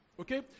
okay